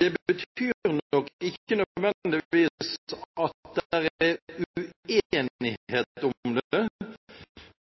Det betyr nok ikke nødvendigvis at det er uenighet om det,